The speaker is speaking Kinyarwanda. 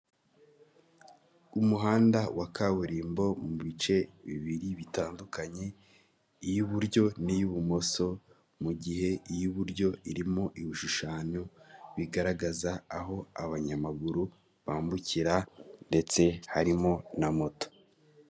Umuhanda wa kaburimbo mu bice bibiri bitandukanye, iy'uburyo n'iy'ubumoso, mu gihe iy'uburyo irimo ibishushanyo bigaragaza aho abanyamaguru bambukira ndetse harimo na moto.